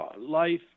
life